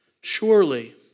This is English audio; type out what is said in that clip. surely